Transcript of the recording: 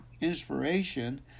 inspiration